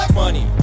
money